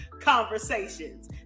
conversations